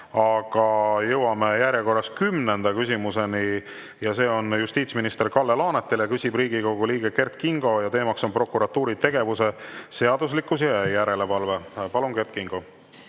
ava. Jõuame järjekorras kümnenda küsimuseni. See on justiitsminister Kalle Laanetile, küsib Riigikogu liige Kert Kingo ja teema on prokuratuuri tegevuse seaduslikkus ja järelevalve. Palun, Kert Kingo!